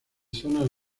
zonas